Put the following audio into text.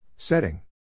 Setting